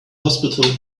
hospital